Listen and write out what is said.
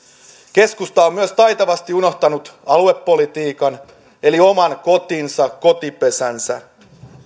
keskusta on myös taitavasti unohtanut aluepolitiikan eli oman kotinsa kotipesänsä